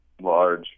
Large